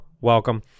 welcome